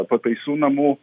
pataisų namų